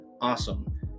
Awesome